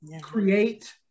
create